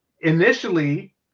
initially